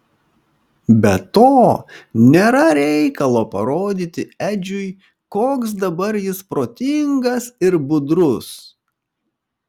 be to nėra reikalo parodyti edžiui koks dabar jis protingas ir budrus